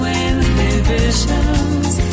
inhibitions